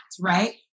right